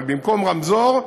אבל במקום רמזור,